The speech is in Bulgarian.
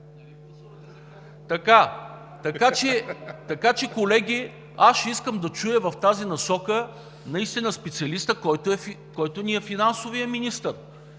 Така че, колеги, аз ще искам да чуя в тази насока наистина специалиста, който е финансовият ни министър.